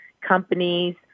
companies